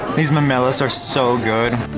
these memelas are so good!